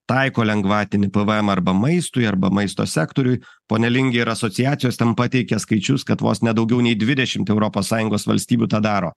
taiko lengvatinį pvm arba maistui arba maisto sektoriui pone linge ir asociacijos ten pateikia skaičius kad vos ne daugiau nei dvidešimt europos sąjungos valstybių tą daro